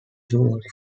through